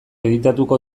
editatuko